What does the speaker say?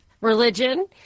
religion